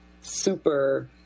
super